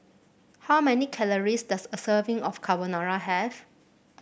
how many calories does a serving of Carbonara have